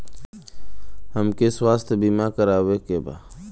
हमके स्वास्थ्य बीमा करावे के बा?